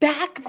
Back